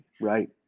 right